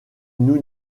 nous